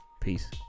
peace